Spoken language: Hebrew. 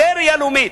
זו ראייה לאומית.